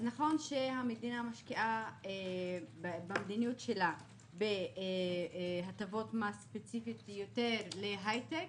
אז נכון שהמדינה משקיעה במדיניות שלה בהטבות מס ספציפיות יותר להייטק